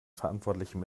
verantwortlichen